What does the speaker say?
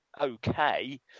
okay